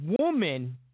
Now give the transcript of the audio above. woman